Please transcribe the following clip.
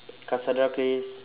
cassandra clare